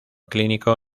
clínico